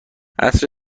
عصر